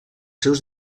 seus